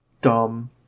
Dumb